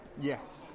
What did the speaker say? yes